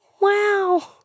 Wow